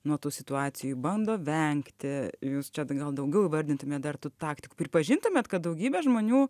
nuo tų situacijų bando vengti jus čia gal daugiau įvardintume dar tų taktikų pripažintumėt kad daugybė žmonių